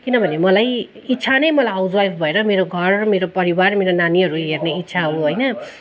किनभने मलाई इच्छा नै मलाई हाउसवाइफ भएर मेरो घर मेरो परिवार मेरो नानीहरू हेर्ने इच्छा हो होइन